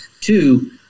Two